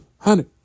Honey